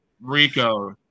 Rico